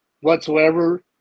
whatsoever